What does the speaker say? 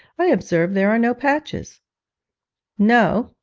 i observe there are no patches no,